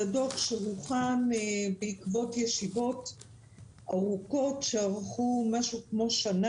זה דוח שהוכן בעקבות ישיבות ארוכות שארכו כשנה.